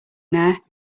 there